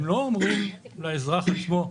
הם לא אומרים לאזרח עצמו,